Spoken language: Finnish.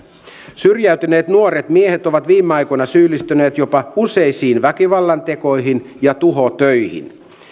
syrjäytyneet nuoret miehet ovat viime aikoina syyllistyneet jopa useisiin väkivallantekoihin ja tuhotöihin